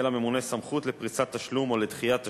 לממונה סמכות לפריסת תשלום או לדחיית תשלום.